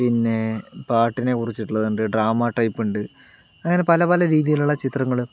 പിന്നെ പാട്ടിനെക്കുറിച്ചിട്ടുള്ളതുമുണ്ട് ഡ്രാമ ടൈപ്പുണ്ട് അങ്ങനെ പല പല രീതിലുള്ള ചിത്രങ്ങൾ